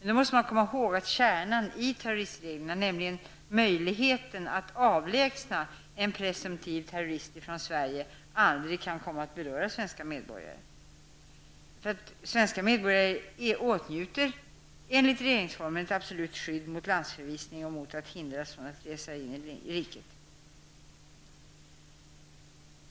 Man måste då komma ihåg att kärnan i terroristreglerna, nämligen möjligheten att avlägsna en presumtiv terrorist från Sverige, aldrig kan komma att beröra svenska medborgare. Svenska medborgare åtnjuter enligt regeringsformen ett absolut skydd från landsförvisning och mot att hindras från att resa in i riket.